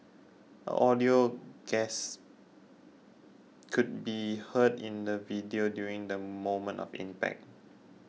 an audible gas could be heard in the video during the moment of impact